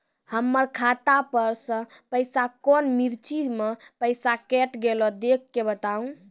हमर खाता पर से पैसा कौन मिर्ची मे पैसा कैट गेलौ देख के बताबू?